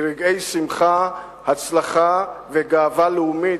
ברגעי שמחה, הצלחה וגאווה לאומית,